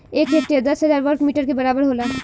एक हेक्टेयर दस हजार वर्ग मीटर के बराबर होला